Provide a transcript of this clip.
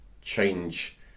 change